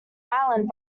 island